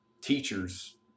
teachers